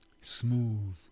Smooth